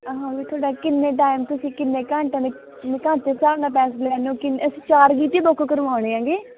ਹਾਂ ਵੀ ਤੁਹਾਡਾ ਕਿੰਨੇ ਟਾਈਮ ਤੁਸੀਂ ਕਿੰਨੇ ਘੰਟਿਆਂ ਦੇ ਘੰਟੇ ਦੇ ਹਿਸਾਬ ਨਾਲ ਪੈਸੇ ਲੈਂਦੇ ਹੋ ਕਿੰਨੇ ਅਸੀਂ ਚਾਰ ਗੀਤ ਹੀ ਬੁੱਕ ਕਰਵਾਉਂਣੇ ਹੈਗੇ